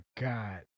God